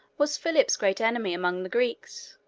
was philip's great enemy among the greeks.